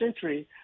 century